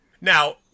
Now